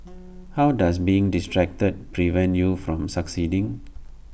how does being distracted prevent you from succeeding